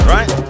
Right